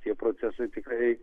tie procesai tikrai